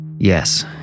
Yes